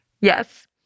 Yes